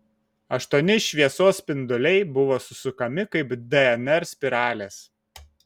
aštuoni šviesos spinduliai buvo susukami kaip dnr spiralės